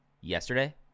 yesterday